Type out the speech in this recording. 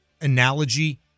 analogy